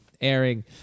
airing